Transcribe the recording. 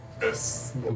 Yes